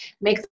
make